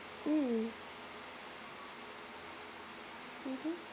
mm mmhmm